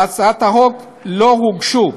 להצעת החוק לא הוגשו